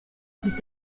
plus